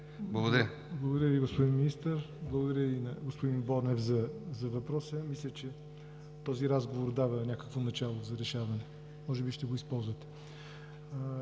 Благодаря Ви, господин Министър. Благодаря и на господин Бонев за въпроса. Мисля, че този разговор дава някакво начало за решаване. Може би ще го използвате.